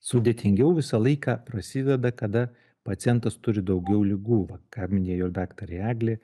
sudėtingiau visą laiką prasideda kada pacientas turi daugiau ligų va ką minėjo daktarė eglė